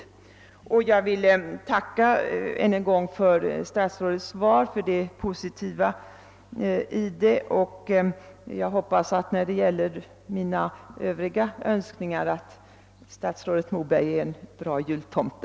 Jag vill än en gång tacka för statsrådets svar — för det positiva i det — och hoppas att när det gäller mina Övriga önskningar statsrådet Moberg är en bra juitomte.